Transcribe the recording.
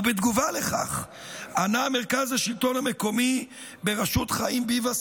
בתגובה על כך ענה מרכז השלטון המקומי בראשות חיים ביבס כך: